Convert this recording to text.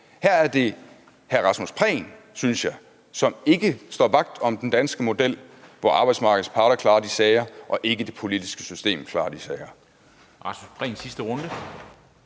Her er det hr. Rasmus Prehn, synes jeg, som ikke står vagt om den danske model, hvor arbejdsmarkedets parter klarer de sager og ikke det politiske system. Kl.